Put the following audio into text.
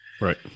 Right